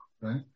right